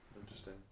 Interesting